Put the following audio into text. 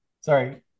Sorry